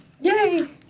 Yay